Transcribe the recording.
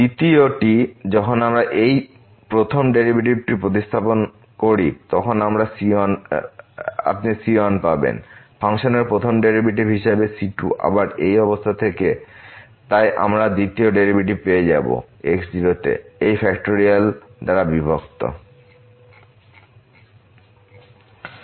দ্বিতীয়টি যখন আমরা এই প্রথম ডেরিভেটিভে প্রতিস্থাপিত করি তখন আপনি c1 পাবেন ফাংশনের প্রথম ডেরিভেটিভ হিসাবে c2 আবার এই অবস্থা থেকে তাই আমরা দ্বিতীয় ডেরিভেটিভ পেয়ে যাব x0 তে এই ফ্যাক্টরিয়াল দ্বারা বিভক্ত cnfnx0n